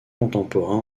contemporain